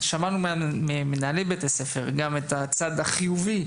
שמענו ממנהלי בתי הספר גם את הצד החיובי,